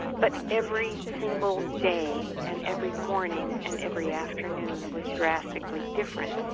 but every single day and every morning and every afternoon was drastically different,